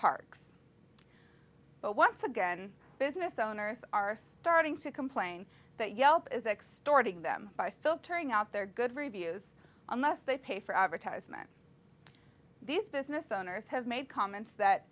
parks but once again business owners are starting to complain that yelp is extorting them by filtering out their good reviews unless they pay for advertisement these business owners have made comments that